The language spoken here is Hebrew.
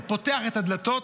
פותח את הדלתות,